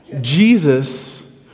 Jesus